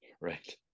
right